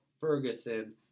Ferguson